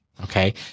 okay